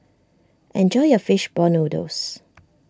enjoy your Fish Ball Noodles